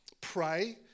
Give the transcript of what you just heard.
pray